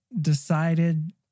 decided